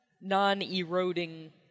non-eroding